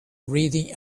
reading